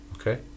Okay